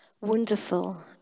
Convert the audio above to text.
wonderful